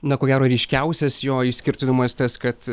na ko gero ryškiausias jo išskirtinumas tas kad